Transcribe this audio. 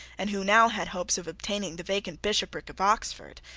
and who now had hopes of obtaining the vacant bishopric of oxford,